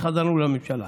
כשחזרנו לממשלה.